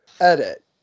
edit